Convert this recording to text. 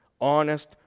Honest